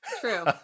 True